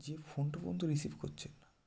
যে ফোনটা পর্যন্ত রিসিভ করছেন না